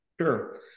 Sure